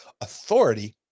authority